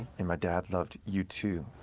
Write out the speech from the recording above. and my dad loved u two,